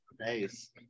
Nice